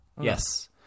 yes